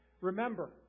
Remember